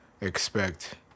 expect